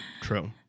true